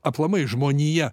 aplamai žmonija